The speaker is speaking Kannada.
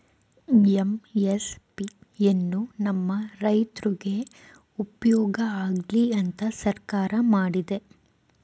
ಎಂ.ಎಸ್.ಪಿ ಎನ್ನು ನಮ್ ರೈತ್ರುಗ್ ಉಪ್ಯೋಗ ಆಗ್ಲಿ ಅಂತ ಸರ್ಕಾರ ಮಾಡಿದೆ